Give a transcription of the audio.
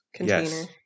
Yes